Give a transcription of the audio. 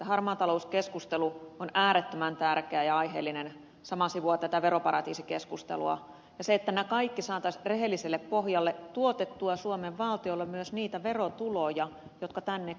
harmaa talous keskustelu on äärettömän tärkeä ja aiheellinen sama sivuaa tätä veroparatiisikeskustelua että nämä kaikki saataisiin rehelliselle pohjalle ja tuotettua suomen valtiolle myös niitä verotuloja jotka tänne kuuluvat